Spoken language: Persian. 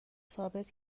ثابت